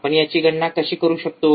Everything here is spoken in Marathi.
आपण याची गणना कशी करू शकतो